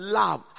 love